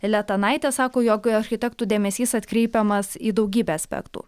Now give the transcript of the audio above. letanaitė sako jog architektų dėmesys atkreipiamas į daugybę aspektų